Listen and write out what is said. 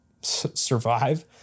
survive